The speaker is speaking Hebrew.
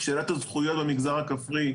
שאלת הזכויות במגזר הכפרי,